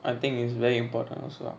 I think it's very important also lah